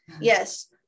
Yes